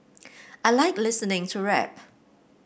I like listening to rap